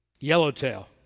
yellowtail